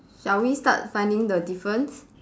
shall we start finding the difference